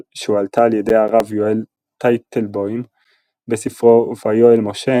שהועלתה על ידי הרב יואל טייטלבוים בספרו ויואל משה